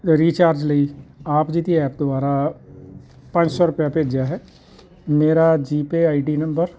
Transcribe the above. recharge ਲਈ ਆਪ ਜੀ ਦੀ ਐਪ ਦੁਆਰਾ ਪੰਜ ਸੌ ਰੁਪਿਆ ਭੇਜਿਆ ਹੈ ਮੇਰਾ G pay I D number